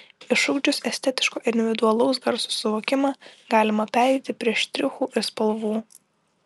išugdžius estetiško ir individualaus garso suvokimą galima pereiti prie štrichų ir spalvų